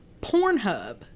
Pornhub